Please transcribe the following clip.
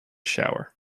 shower